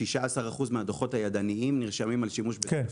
16% מהדוחות הידניים נרשמים על שימוש בטלפון.